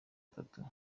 atatu